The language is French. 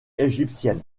égyptienne